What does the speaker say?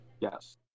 Yes